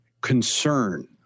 concern